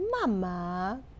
Mama